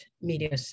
media